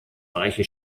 bereiche